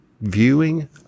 Viewing